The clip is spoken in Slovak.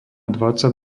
dvadsať